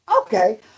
Okay